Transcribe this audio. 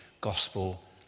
gospel